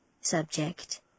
Subject